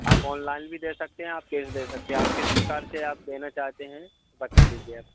आप ऑनलाइन भी दे सकते हैं आप केस दे सकते हैं आप किस प्रकार से आप देना चाहते हैं आप बता दीजिए आप